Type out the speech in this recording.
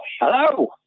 hello